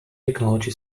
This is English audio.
technology